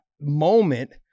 moment